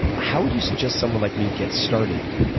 how would you suggest someone like me get started